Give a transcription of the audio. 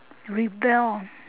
rebel